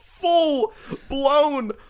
Full-blown